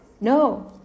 No